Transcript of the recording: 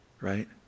right